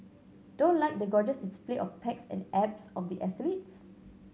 don't like the gorgeous display of pecs and abs of the athletes